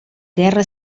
guerra